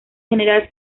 general